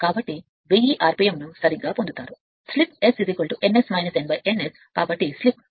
కాబట్టి 1000 rpmను సరిగ్గా పొందుతారు slip S n S n n S